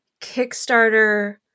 Kickstarter